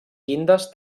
llindes